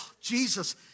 Jesus